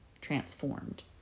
transformed